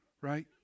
right